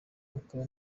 akaba